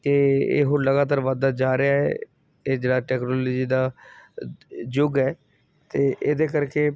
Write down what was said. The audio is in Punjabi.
ਅਤੇ ਇਹ ਲਗਾਤਾਰ ਵੱਧਦਾ ਜਾ ਰਿਹਾ ਇਹ ਜਿਹੜਾ ਟੈਕਨੋਲਜੀ ਦਾ ਯੁੱਗ ਹੈ ਅਤੇ ਇਹਦੇ ਕਰਕੇ